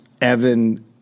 Evan